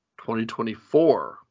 2024